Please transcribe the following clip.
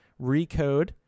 Recode